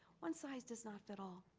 one size does not fit all.